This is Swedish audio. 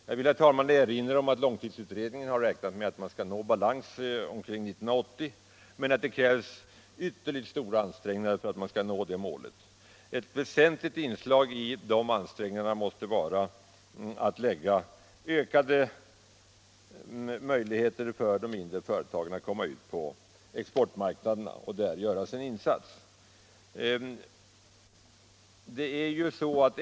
Jag vill, herr talman, erinra om att långtidsutredningen räknar med att man skall kunna nå balans omkring 1980 men att det krävs ytterligt stora ansträngningar för att nå det målet. Ett väsentligt inslag i de ansträngningarna måste vara att öka möjligheterna för de mindre företagen att komma ut på exportmarknaden och där göra sin insats.